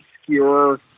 obscure